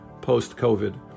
post-COVID